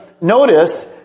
Notice